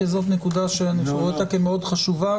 כי זו נקודה שאני רואה אותה מאוד חשובה,